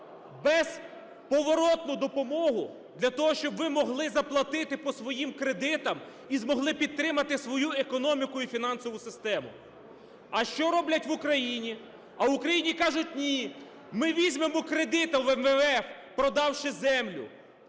безповоротну допомогу, для того щоб ви могли заплатити по своїм кредитам і змогли підтримати свою економіку і фінансову систему". А що роблять в Україні? А в Україні кажуть: "Ні, ми візьмемо кредит у МВФ, продавши землю